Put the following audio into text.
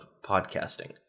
podcasting